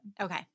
Okay